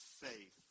faith